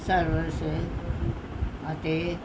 services ਅਤੇ